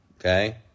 Okay